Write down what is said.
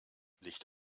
licht